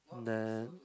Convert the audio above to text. then